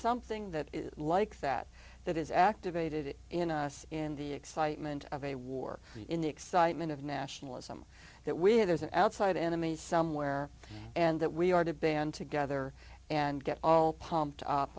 something that is like that that is activated in a us in the excitement of a war in the excitement of nationalism that we have there's an outside enemy somewhere and that we are to band together and get all pumped up